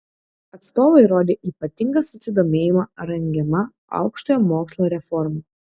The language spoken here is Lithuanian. atstovai rodė ypatingą susidomėjimą rengiama aukštojo mokslo reforma